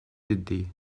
ciddi